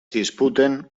disputen